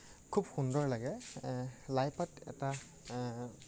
খুব সুন্দৰ লাগে লাই পাত এটা